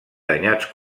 danyats